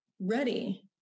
ready